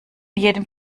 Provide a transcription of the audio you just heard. jedem